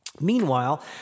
meanwhile